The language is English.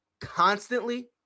constantly